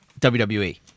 WWE